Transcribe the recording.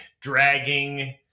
dragging